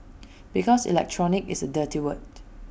because electronic is A dirty word